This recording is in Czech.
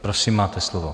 Prosím, máte slovo.